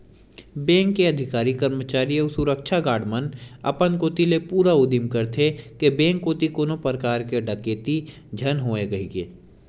bank के अधिकारी, करमचारी अउ सुरक्छा गार्ड मन अपन कोती ले पूरा उदिम करथे के बेंक कोती कोनो परकार के डकेती झन होवय कहिके